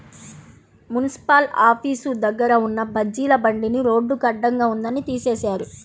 municipal office దగ్గర ఉన్న బజ్జీల బండిని రోడ్డుకి అడ్డంగా ఉందని తీసేశారు